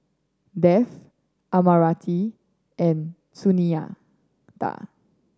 Dev Amartya and Sunita